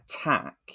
attack